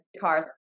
cars